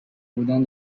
بودن